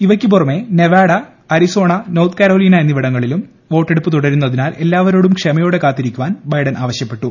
ഇവയ്ക്ക് പുറമെ Nevada Arizona North Carolina എന്നിവിടങ്ങളിലും വോട്ടെടുപ്പ് തുടരുന്നതിനാൽ എല്ലാവരോടും ക്ഷമയോടെ കാത്തിരിക്കാൻ ബൈഡ്ന്റ് ആവശ്യപ്പെട്ടു